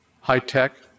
high-tech